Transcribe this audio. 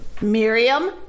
Miriam